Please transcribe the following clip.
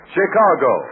Chicago